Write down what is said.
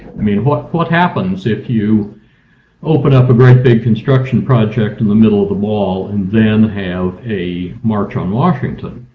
i mean what what happens if you open up a great big construction project in the middle of the mall and then have a march on washington.